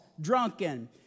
drunken